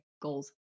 goals